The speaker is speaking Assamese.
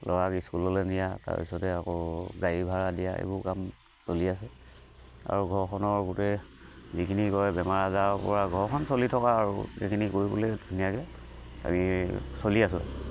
ল'ৰাক স্কুললে নিয়া তাৰপিছতে আকৌ গাড়ী ভাড়া দিয়া এইবোৰ কাম চলি আছে আৰু ঘৰখনৰ গোটেই যিখিনি কয় বেমাৰ আজাৰৰ পৰা ঘৰখন চলি থকা আৰু এইখিনি কৰিবলৈ ধুনীয়াকৈ আমি চলি আছোঁ